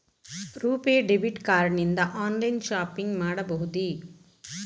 RuPay debit card ನಿಂದ online shopping ಮಾಡಬಹುದೇ?